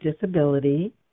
disability